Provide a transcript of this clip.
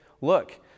look